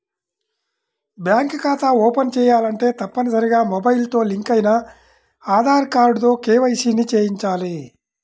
bank ఖాతా open చేయాలంటే తప్పనిసరిగా మొబైల్ తో లింక్ అయిన ఆధార్ కార్డుతో కేవైసీ ని చేయించాలి